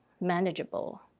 manageable